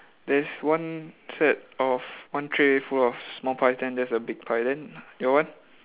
there's one thread of one tray full of small pies then there's a big pie then your one